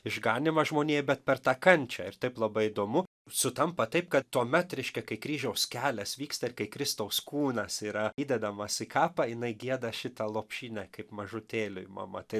išganymą žmonijai bet per tą kančią ir taip labai įdomu sutampa taip kad tuomet reiškia kai kryžiaus kelias vyksta ir kai kristaus kūnas yra įdedamas į kapą jinai gieda šitą lopšinę kaip mažutėliui mama tai